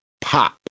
pop